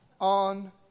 on